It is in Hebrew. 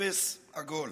אפס עגול.